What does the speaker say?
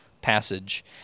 passage